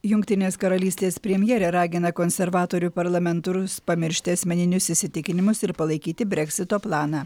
jungtinės karalystės premjerė ragina konservatorių parlamentarus pamiršti asmeninius įsitikinimus ir palaikyti brexito planą